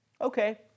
Okay